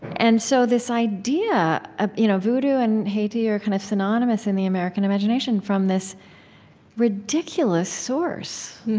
and so this idea ah you know vodou and haiti are kind of synonymous in the american imagination, from this ridiculous source